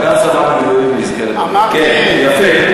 אבל גם סדרן מילואים יזכה, כן, יפה.